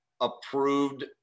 approved